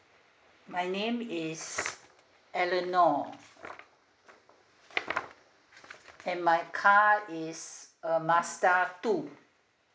my name is eleanor and my car is a mazda two